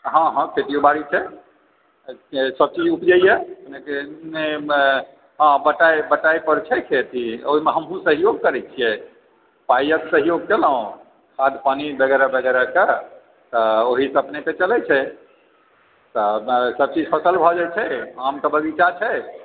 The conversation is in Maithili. हॅं हॅं खेतियो बारी छै सभ किछु उपजैया हाँ बटाई पर छै खेती ओहिमे हमहूँ सहयोग करै छियै पाइक सहयोग केलहुँ खाद पानी वगेरह वगेरह सॅं ओही सॅं अपने सॅं चलै छै सब किछु फसल भऽ जाइ छै आम के बगीचा छै